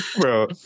Bro